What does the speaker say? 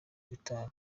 guitar